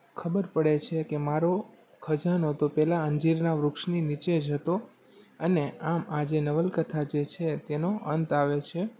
ખબર પડે છે કે મારો ખજાનો તો પેલા અંજીરનાં વૃક્ષની નીચે જ હતો અને આમ આ જે નવલકથા જે છે તેનો અંત આવે છે